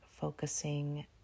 focusing